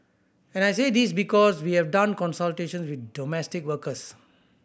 and I say this because we have done consultations with domestic workers